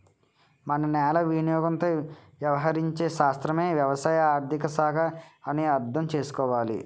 మన నేల వినియోగంతో వ్యవహరించే శాస్త్రమే వ్యవసాయ ఆర్థిక శాఖ అని అర్థం చేసుకోవాలి